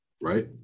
right